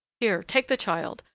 here, take the child,